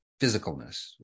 physicalness